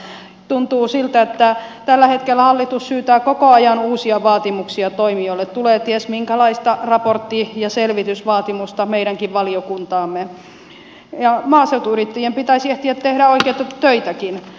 mutta tuntuu siltä että tällä hetkellä hallitus syytää koko ajan uusia vaatimuksia toimijoille tulee ties minkälaista raportti ja selvitysvaatimusta meidänkin valiokuntaamme ja maaseutuyrittäjien pitäisi ehtiä tehdä oikeita töitäkin